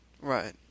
right